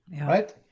right